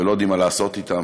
ולא יודעים מה לעשות אתם.